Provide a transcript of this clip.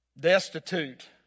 destitute